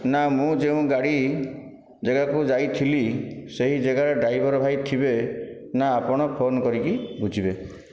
ନାଁ ମୁଁ ଯେଉଁ ଗାଡ଼ି ଜାଗାକୁ ଯାଇଥିଲି ସେହି ଜାଗାରେ ଡ୍ରାଇଭର ଭାଇ ଥିବେ ନା ଆପଣ ଫୋନ କରିକି ବୁଝିବେ